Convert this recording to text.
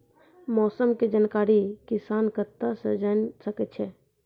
मौसम के जानकारी किसान कता सं जेन सके छै?